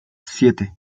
siete